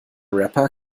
rapper